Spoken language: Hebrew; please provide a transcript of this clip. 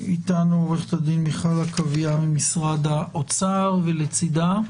איתנו עורכת הדין מיכל עקביה ממשרד האוצר ולצדה?